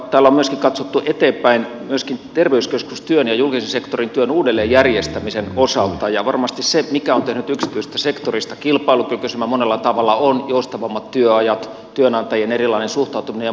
täällä on katsottu eteenpäin myöskin terveyskeskustyön ja julkisen sektorin työn uudelleenjärjestämisen osalta ja varmasti se mikä on tehnyt yksityisestä sektorista kilpailukykyisemmän monella tavalla on joustavammat työajat työnantajien erilainen suhtautuminen ja muuta